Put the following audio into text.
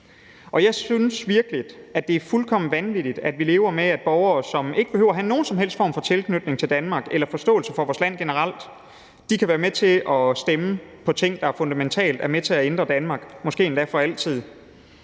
Jeg synes virkelig, at det er fuldkommen vanvittigt, at vi lever med, at borgere, som ikke behøver have nogen som helst form for tilknytning til Danmark eller forståelse for vores land generelt, kan være med til at stemme om ting, der fundamentalt er med til at ændre Danmark, måske endda for altid.